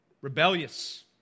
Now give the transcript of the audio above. rebellious